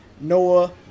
Noah